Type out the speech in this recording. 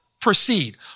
proceed